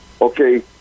Okay